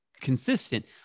consistent